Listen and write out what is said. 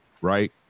right